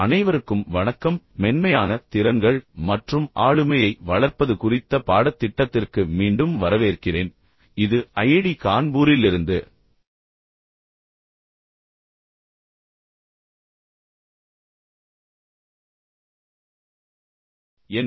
அனைவருக்கும் வணக்கம் மென்மையான திறன்கள் மற்றும் ஆளுமையை வளர்ப்பது குறித்த பாடத்திட்டத்திற்கு மீண்டும் வரவேற்கிறேன் இது ஐஐடி கான்பூரிலிருந்து என்